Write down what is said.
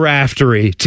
Raftery